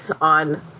on